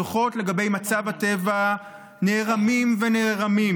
הדוחות לגבי מצב הטבע נערמים ונערמים.